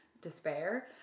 despair